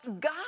God